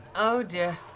oh dear.